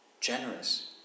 generous